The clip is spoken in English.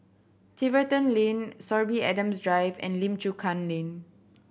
Tiverton Lane Sorby Adams Drive and Lim Chu Kang Lane